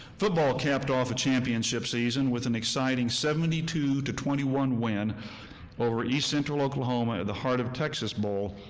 football capped off a championship season with an exciting seventy two twenty one win over east central oklahoma at the heart of texas bowl.